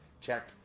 check